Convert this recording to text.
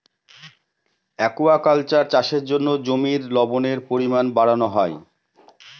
aquaculture চাষের জন্য জমির লবণের পরিমান বাড়ানো হয়